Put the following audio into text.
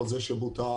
חוזה שבוטל,